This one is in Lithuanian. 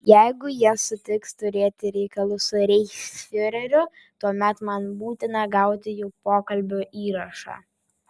jeigu jie sutiks turėti reikalų su reichsfiureriu tuomet man būtina gauti jų pokalbio įrašą